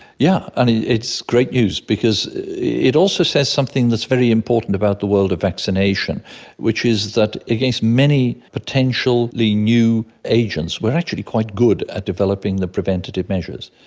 yeah and it's great news because it also says something that's very important about the world of vaccination which is that against many potentially new agents we are actually quite good at developing the preventative measures.